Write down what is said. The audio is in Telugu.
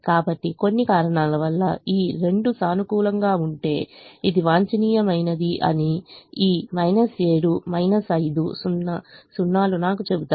కాబట్టి కొన్ని కారణాల వల్ల ఈ 2 సానుకూలంగా ఉంటే ఇది వాంఛనీయమైనది అని ఈ 7 5 0 0 లు నాకు చెబుతాయి